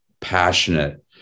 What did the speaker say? passionate